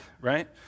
right